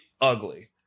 ugly